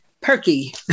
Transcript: perky